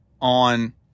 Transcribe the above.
on